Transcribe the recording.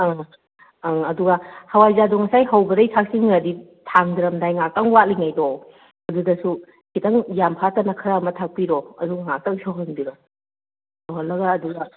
ꯑꯪ ꯑꯪ ꯑꯗꯨꯒ ꯍꯋꯥꯏꯖꯥꯔꯗꯣ ꯉꯁꯥꯏ ꯍꯧꯕꯗꯩ ꯊꯥꯛꯆꯟꯈ꯭ꯔꯗꯤ ꯊꯥꯡꯗꯔꯝꯗꯥꯏꯗ ꯉꯥꯛꯇꯪ ꯋꯥꯠꯂꯤꯉꯩꯗꯣ ꯑꯗꯨꯗꯁꯨ ꯈꯤꯇꯪ ꯌꯥꯝ ꯍꯥꯞꯇꯅ ꯈꯔ ꯑꯃ ꯊꯥꯛꯄꯤꯔꯣ ꯑꯗꯨꯒ ꯉꯥꯛꯇꯪ ꯁꯧꯍꯟꯕꯤꯔꯣ ꯁꯧꯍꯜꯂꯒ ꯑꯗꯨꯒ